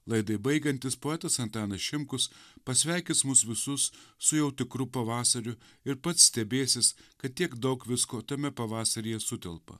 laidai baigiantis poetas antanas šimkus pasveikins mus visus su jau tikru pavasariu ir pats stebėsis kad tiek daug visko tame pavasaryje sutelpa